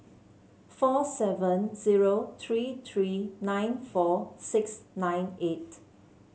four seven zero three three nine four six nine eight